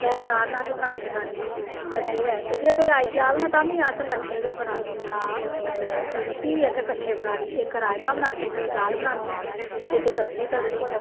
त्रै चार ना अस दरानी जठानिया कट्ठे गै ते जे कोई आई जाह्ग ना ते तामीं अस कट्ठे के बनांदियां रूट्टी बी असें कट्ठी के बनानी इक राजमा बनांदी दूई दाल बनांदी ते इक सब्जी कटदी